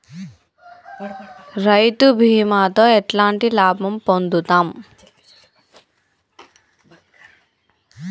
రైతు బీమాతో ఎట్లాంటి లాభం పొందుతం?